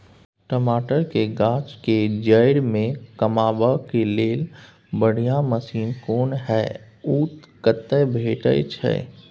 टमाटर के गाछ के जईर में कमबा के लेल बढ़िया मसीन कोन होय है उ कतय भेटय छै?